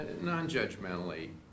Non-judgmentally